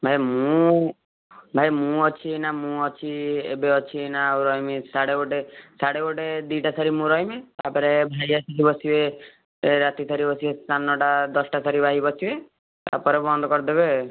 ଭାଇ ମୁଁ ଭାଇ ମୁଁ ଅଛି ଏଇନା ମୁଁ ଅଛି ଏବେ ଅଛି ଏଇନା ଆଉ ରହିମି ସାଢ଼େ ଗୋଟେ ସାଢ଼େ ଗୋଟେ ଦୁଇଟା ଖାଲି ମୁଁ ରହିମି ତା'ପରେ ଭାଇ ଆସିକି ବସିବେ ରାତି ବସିବେ ସାଢ଼େ ନଅଟା ଦଶଟା ଭାଇ ବସିବେ ତା'ପରେ ବନ୍ଦ କରିଦେବେ